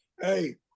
Hey